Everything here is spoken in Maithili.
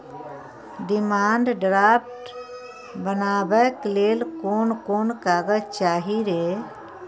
डिमांड ड्राफ्ट बनाबैक लेल कोन कोन कागज चाही रे?